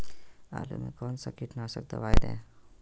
आलू में कौन सा कीटनाशक दवाएं दे?